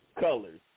Colors